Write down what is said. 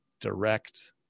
direct